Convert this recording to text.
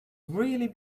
really